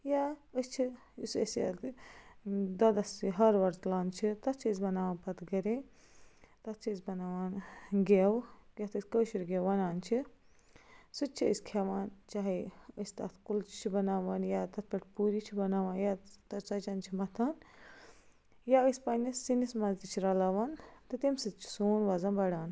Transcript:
یا أسۍ چھِ یُس أسۍ دودس یہِ ۂر ؤر تُلان چھِ تتھ چھِ أسۍ بَناوان پتہٕ گَرے تَتھ چھِ أسۍ بَناوان گیو یتھ أسۍ کٲشُر گیو وَنان چھِ سُہ تہِ چھِ أسۍ کھیٚوان چاہے أسۍ تَتھ کُلچہِ چھِ بَناوان یا تَتھ پٮ۪ٹھ پورِ چھِ بَناوان یا تہٕ ژۄچن چھِ مَتھان یا أسۍ پننِس سِنِس منٛز تہِ چھِ رَلاوان تہٕ تمہِ سۭتۍ چھُ سون وَزن بَڑان